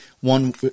one